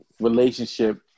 relationship